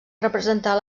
representar